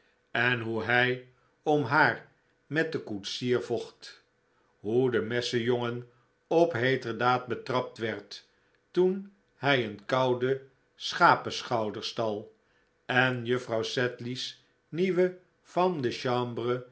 en hoe hij om haar met den koetsier vocht hoe de messenjongen op heeterdaad betrapt werd toen hij een kouden schapeschouder stal en juffrouw sedley's nieuwe femme de chambre